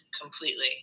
completely